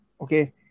Okay